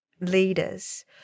leaders